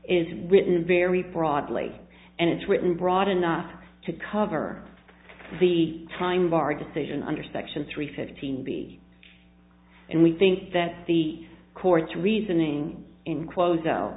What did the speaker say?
is written very broadly and it's written broad enough to cover the time of our decision under section three fifteen b and we think that the court's reasoning in close though